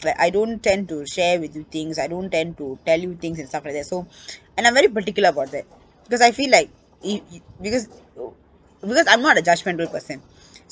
like I don't tend to share with you things I don't tend to tell you things and stuff like that so and I'm very particular about that because I feel like if you because uh because I'm not a judgmental person